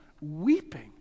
weeping